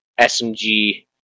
SMG